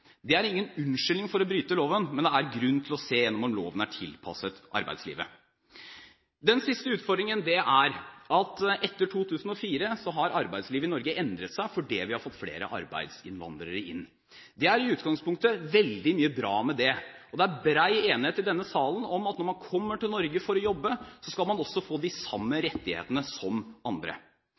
Det er ingen unnskyldning for å bryte loven, men det er grunn til å se gjennom om loven er tilpasset arbeidslivet. Den siste utfordringen er at etter 2004 har arbeidslivet i Norge endret seg fordi vi har fått flere arbeidsinnvandrere inn. Det er i utgangspunktet veldig mye bra med det. Det er bred enighet i denne salen om at når man kommer til Norge for å jobbe, skal man også få de samme rettighetene som andre.